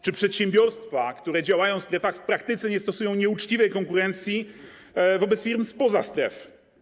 Czy przedsiębiorstwa, które działają w strefach, w praktyce nie stosują nieuczciwej konkurencji wobec firm spoza stref?